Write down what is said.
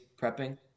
prepping